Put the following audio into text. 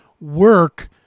work